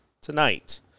tonight